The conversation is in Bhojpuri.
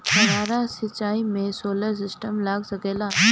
फौबारा सिचाई मै सोलर सिस्टम लाग सकेला?